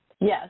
Yes